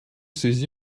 связи